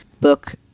book